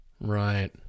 Right